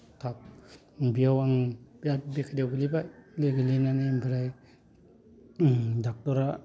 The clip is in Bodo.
थाब बेयाव आं बिराद बेखायदायाव गोग्लैबाय गोग्लैनानै ओमफ्राय डक्ट'रा